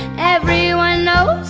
everyone knows